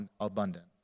abundant